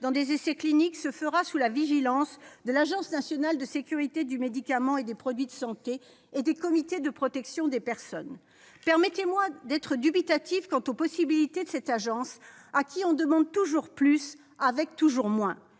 à des essais cliniques se fera sous la vigilance de l'Agence nationale de sécurité du médicament et des produits de santé et des comités de protection de personnes. Permettez-moi d'être dubitative quant aux possibilités de cette agence à qui l'on demande toujours plus avec toujours moins